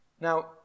Now